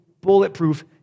bulletproof